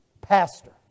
Pastor